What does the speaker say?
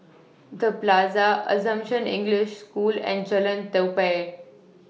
The Plaza Assumption English School and Jalan Tupai